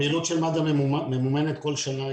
הפעילות של מד"א ממומנת כל שנה,